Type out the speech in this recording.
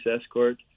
escort